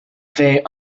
bheith